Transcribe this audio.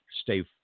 stay